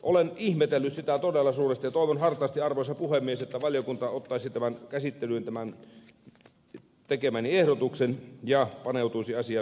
olen ihmetellyt sitä todella suuresti ja toivon hartaasti arvoisa puhemies että valiokunta ottaisi tämän tekemäni ehdotuksen käsittelyyn ja paneutuisi asiaan suurella vakavuudella